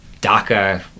DACA